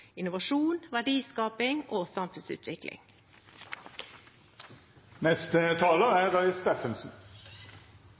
innovasjon, verdiskaping og samfunnsutvikling.